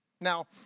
Now